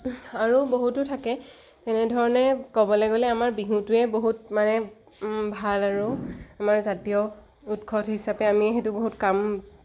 আৰু বহুতো থাকে তেনেধৰণে ক'বলৈ গ'লে আমাৰ বিহুটোৱে বহুত মানে ভাল আৰু আমাৰ জাতীয় উৎসৱ হিচাপে আমি সেইটো বহুত কাম